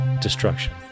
destruction